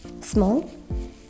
small